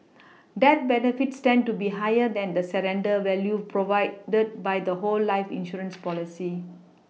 death benefits tend to be higher than the surrender value provided the by the whole life insurance policy